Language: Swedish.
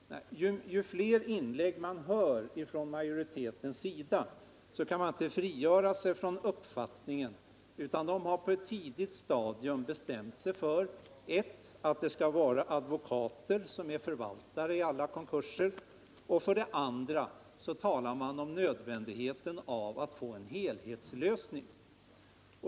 Ju fler inlägg man hör från majoritetens sida desto mindre kan man frigöra sig från uppfattningen att man för det första på ett tidigt stadium bestämt sig för att advokater skall vara förvaltare i alla konkurser. För det andra talar man om nödvändigheten av att få en helhetslösning.